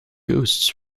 ghosts